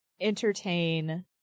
entertain